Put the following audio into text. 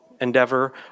endeavor